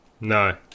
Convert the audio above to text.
No